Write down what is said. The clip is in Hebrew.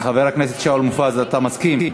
חבר הכנסת שאול מופז, אתה מסכים?